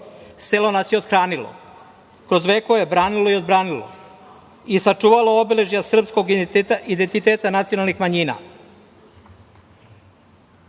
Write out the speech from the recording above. Selo nas je othranilo, kroz vekove branilo i odbranilo i sačuvalo obeležja srpskog identiteta i identiteta nacionalnih manjina.